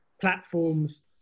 platforms